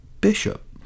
Bishop